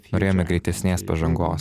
norėjome greitesnės pažangos